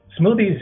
Smoothies